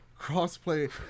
crossplay